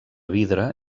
vidre